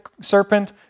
serpent